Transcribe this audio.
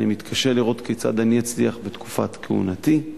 אני מתקשה לראות כיצד אני אצליח בתקופת כהונתי.